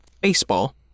baseball